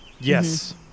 Yes